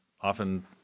often